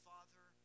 Father